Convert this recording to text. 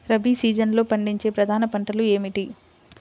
రబీ సీజన్లో పండించే ప్రధాన పంటలు ఏమిటీ?